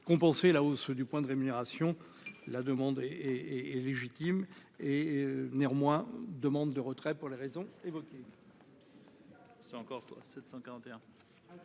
compenser la hausse du point de rémunération la demander et légitime et néanmoins demande de retrait pour les raisons. évoquer